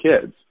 kids